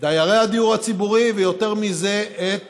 דיירי הדיור הציבורי, ויותר מזה, את